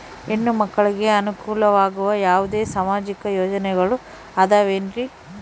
ಹೆಣ್ಣು ಮಕ್ಕಳಿಗೆ ಅನುಕೂಲವಾಗುವ ಯಾವುದೇ ಸಾಮಾಜಿಕ ಯೋಜನೆಗಳು ಅದವೇನ್ರಿ?